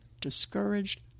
discouraged